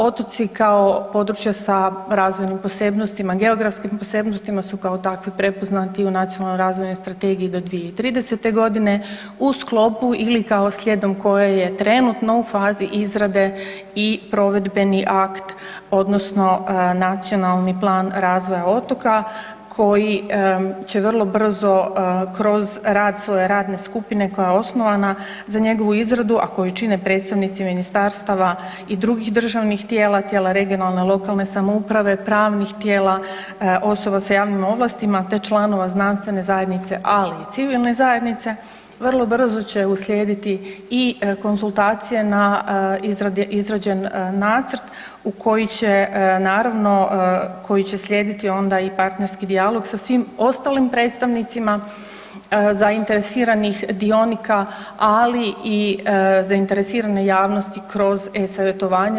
Otoci kao područja sa razvojnim posebnostima, geografskim posebnostima su kao takvi prepoznati i u Nacionalnoj razvojnoj strategiji do 2030. godine u sklopu ili kao slijedom koje je trenutno u fazi izrade i provedbeni akt, odnosno Nacionalni plan razvoja otoka koji će vrlo brzo kroz rad svoje radne skupine koja je osnovana za njegovu izradu a koju čine predstavnici ministarstava i drugih državnih tijela, tijela regionalne, lokalne samouprave, pravnih tijela, osoba sa javnim ovlastima te članova znanstvene zajednice ali i civilne zajednice vrlo brzo će uslijediti i konzultacije na izrađen nacrt u koji će naravno, koji će slijediti onda i partnerski dijalog sa svim ostalim predstavnicima zainteresiranih dionika, ali i zainteresirane javnosti kroz e-savjetovanje.